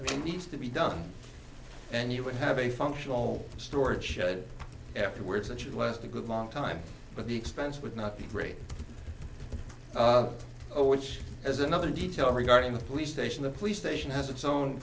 deal needs to be done and you would have a functional storage shed afterwards and should last a good long time but the expense would not be three zero which is another detail regarding the police station the police station has its own